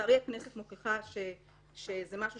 לצערי הכנסת מוכיחה שזה משהו